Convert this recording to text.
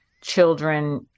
children